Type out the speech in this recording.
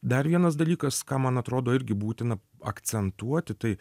dar vienas dalykas ką man atrodo irgi būtina akcentuoti tai